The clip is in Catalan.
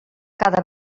cada